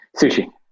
Sushi